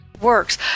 works